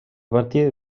partir